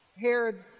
Herod